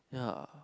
ya